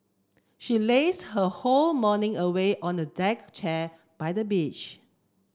she laze her whole morning away on a deck chair by the beach